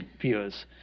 viewers